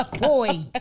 Boy